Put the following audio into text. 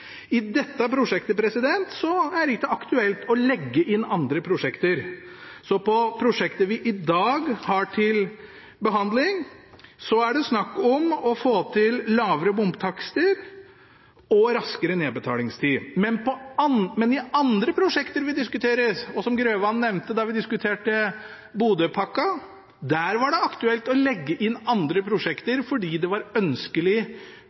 I dette prosjektet er det ikke aktuelt å legge inn andre prosjekter. I prosjektet vi i dag har til behandling, er det snakk om å få til lavere bomtakster og raskere nedbetalingstid, men i andre prosjekter vi diskuterer – som Grøvan nevnte da vi diskuterte Bodø-pakken – er det aktuelt å legge inn andre prosjekter fordi det er ønskelig